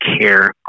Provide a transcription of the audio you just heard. care